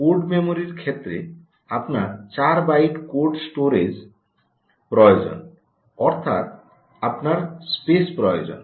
code মেমরির ক্ষেত্রে আপনার 4 বাইট কোড স্টোরেজ প্রয়োজন অর্থাৎ আপনার স্পেস প্রয়োজন